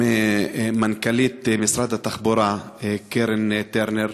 פגישה עם מנכ"לית משרד התחבורה קרן טרנר,